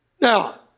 Now